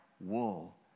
wool